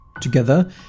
Together